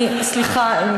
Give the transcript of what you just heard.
סליחה.